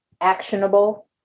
actionable